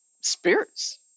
spirits